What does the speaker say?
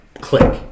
click